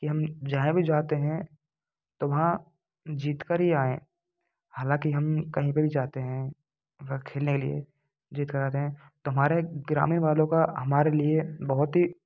हम जहाँ भी जाते हैं तो वहाँ जीत कर ही आयें हालांकि हम कहीं भी जाते हैं खेलने के लिए जीत कर आते हैं तो हमारा एक ग्रामीण वालों का हमारे लिए बहुत हीं